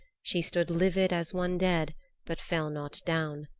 she stood livid as one dead but fell not down.